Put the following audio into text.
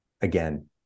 again